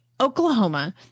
Oklahoma